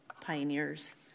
pioneers